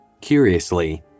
Curiously